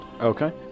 Okay